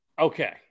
Okay